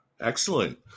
excellent